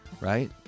right